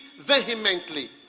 vehemently